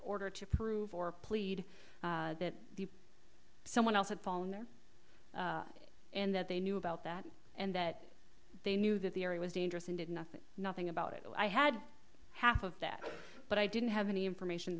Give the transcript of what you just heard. order to prove or plead that someone else had fallen there and that they knew about that and that they knew that the area was dangerous and did nothing nothing about it and i had half of that but i didn't have any information